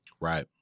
Right